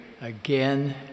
again